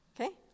Okay